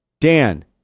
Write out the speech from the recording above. Dan